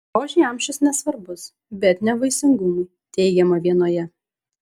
grožiui amžius nesvarbus bet ne vaisingumui teigiama vienoje